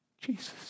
Jesus